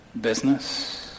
business